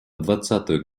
двадцатую